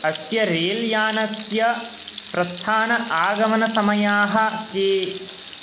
अस्य रेल् यानस्य प्रस्थानः आगमनसमयाः के